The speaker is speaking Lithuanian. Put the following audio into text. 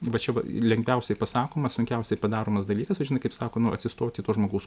va čia va lengviausiai pasakoma sunkiausiai padaromas dalykas o žinai kaip sako nu atsistoti į to žmogaus